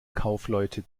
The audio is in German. kaufleute